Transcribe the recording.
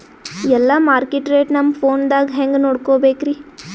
ಎಲ್ಲಾ market rate ನಮ್ ಫೋನದಾಗ ಹೆಂಗ ನೋಡಕೋಬೇಕ್ರಿ?